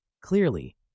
Clearly